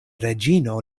reĝino